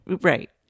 Right